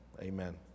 amen